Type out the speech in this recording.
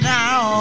now